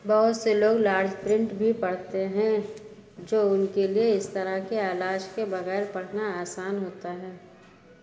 بہت سے لوگ لارج پرنٹ بھی پڑھتے ہیں جو ان کے لیے اس طرح کے آلاش کے بغیر پڑھنا آسان ہوتا ہے